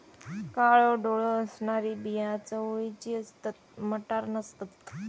काळो डोळो असणारी बिया चवळीची असतत, मटार नसतत